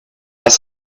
dass